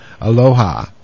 Aloha